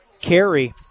carry